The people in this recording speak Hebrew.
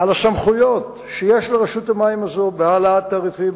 על הסמכויות שיש לרשות המים הזאת בהעלאת תעריפים,